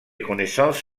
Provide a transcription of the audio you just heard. connaissances